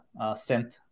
synth